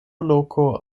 loko